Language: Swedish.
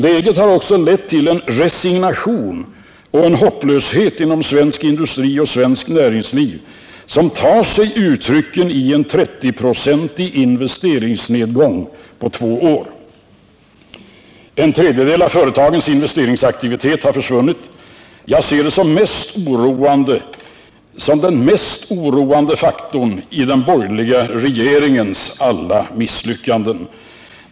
Läget har också lett till en resignation och en hopplöshet inom svensk industri och svenskt näringsliv som tar sig uttryck i en 30-procentig investeringsnedgång på två år. En tredjedel av företagens investeringsaktivitet har försvunnit. Jag ser det som den mest oroande faktorn i den borgerliga regeringens alla misslyckanden.